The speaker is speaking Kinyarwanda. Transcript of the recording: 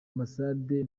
ambasade